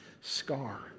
scar